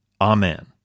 Amen